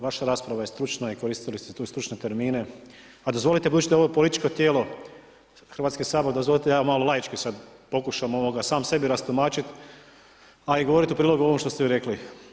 Vaša rasprava je stručna i koristili ste tu stručne termine, ali dozvolite budući da je ovo političko tijelo Hrvatski sabor, dozvolite da ja malo laički pokušam sam sebi rastumačiti, a i govoriti u prilog ovome što ste vi rekli.